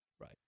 Right